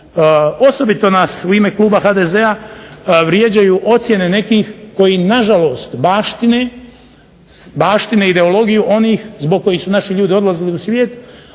Osobito nas u ime kluba HDZ-a vrijeđaju ocjene nekih koji nažalost baštine ideologiju onih zbog kojih su naši ljudi odlazili u svijet,